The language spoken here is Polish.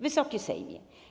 Wysoki Sejmie!